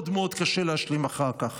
מאוד מאוד קשה להשלים אחר כך.